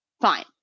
Fine